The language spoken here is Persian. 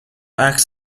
عکس